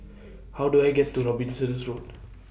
How Do I get to Robinson Road